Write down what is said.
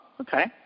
Okay